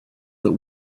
that